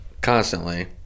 constantly